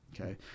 okay